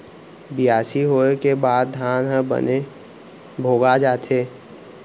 बियासी होय के बाद धान ह बने भोगा जाथे